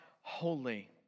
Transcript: holy